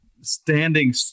standing